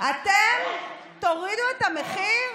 אתם תורידו את המחיר?